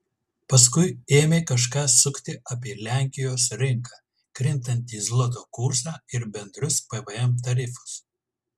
paskui ėmė kažką sukti apie lenkijos rinką krintantį zloto kursą ir bendrus pvm tarifus